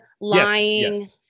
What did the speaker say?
lying